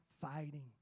fighting